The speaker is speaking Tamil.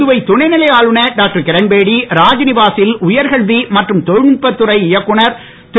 புதுவை துணைநிலை ஆளுநர் டாக்டர் கிரண்பேடி ராத்நிவாசில் உயர்கல்வி மற்றும் தொழில்நுட்ப கல்வித்துறை இயக்குநர் திரு